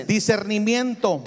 Discernimiento